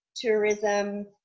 tourism